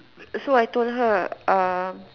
so I told her um